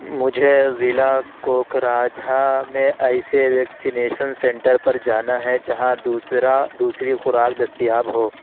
مجھے ضلع کوکراجھا میں ایسے ویکسینیشن سینٹر پر جانا ہے جہاں دوسرا دوسری خوراک دستیاب ہو